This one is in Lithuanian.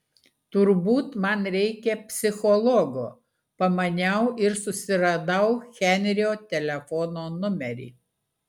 turbūt man reikia psichologo pamaniau ir susiradau henrio telefono numerį